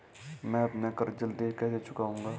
मैं अपना कर्ज जल्दी कैसे चुकाऊं?